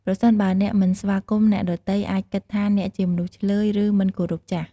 ប្រសិនបើអ្នកមិនស្វាគមន៍ អ្នកដទៃអាចគិតថាអ្នកជាមនុស្សឈ្លើយ ឬមិនគោរពចាស់។